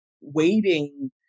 waiting